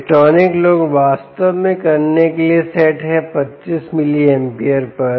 electronic load वास्तव में करने के लिए सेट है 25 मिली एम्पीयर पर